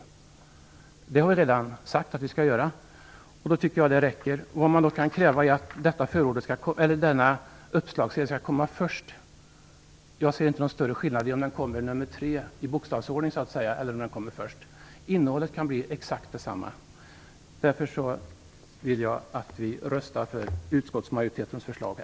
Det har vi redan sagt att vi skall göra, och det tycker jag räcker. Vad man då kan kräva är att denna uppslagsdel skall komma först. Jag ser inte någon större skillnad i att den kommer som nummer tre i bokstavsordning eller att den kommer först. Innehållet kan bli exakt detsamma. Därför vill jag att vi röstar för utskottets hemställan i betänkandet.